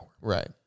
Right